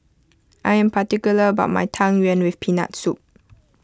I am particular about my Tang Yuen with Peanut Soup